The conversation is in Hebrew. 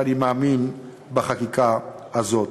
ואני מאמין בחקיקה הזאת.